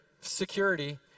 security